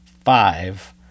five